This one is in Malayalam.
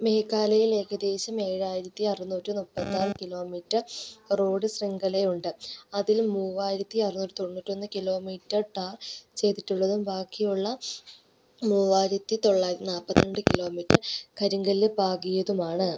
മേഘാലയയിൽ ഏകദേശം ഏഴായിരത്തി അറുന്നൂറ്റി മുപ്പത്താറ് കിലോമീറ്റർ റോഡ് ശൃംഖലയുണ്ട് അതിൽ മൂവായിരത്തി അറുന്നൂറ്റി തൊണ്ണൂറ്റൊന്ന് കിലോമീറ്റർ ടാർ ചെയ്തിട്ടുള്ളതും ബാക്കിയുള്ള മൂവായിരത്തി തൊള്ളായിരത്തി നാപ്പത്രണ്ട് കിലോമീറ്റർ കരിങ്കല്ല് പാകിയതുമാണ്